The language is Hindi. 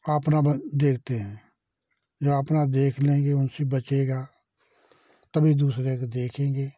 अपना बना देखते हैं जो अपना देख लेंगे उनसे बचेगा तभी दूसरे को देखेंगे